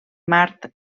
mart